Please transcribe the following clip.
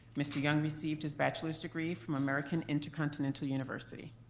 mr. young received his bachelor's degree from american intercontinental university.